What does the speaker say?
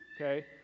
okay